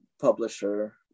publisher